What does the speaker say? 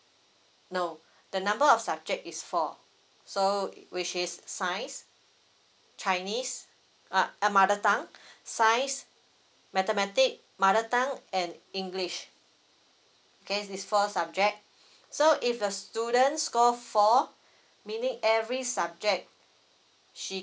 no the number of subject is four so which is science chinese uh uh mother tongue science mathematic mother tongue and english K this four subject so if a student score four meaning every subject she